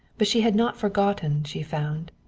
but she had not forgotten, she found.